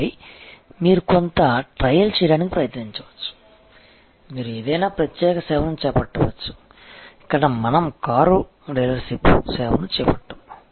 ఆపై మీరు కొంత ట్రయల్ చేయడానికి ప్రయత్నించవచ్చు మీరు ఏదైనా ప్రత్యేక సేవను చేపట్టవచ్చు ఇక్కడ మనం కారు డీలర్షిప్ సేవను చేపట్టాము